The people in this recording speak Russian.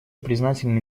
признательны